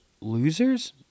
losers